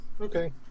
Okay